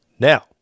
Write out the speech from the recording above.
Now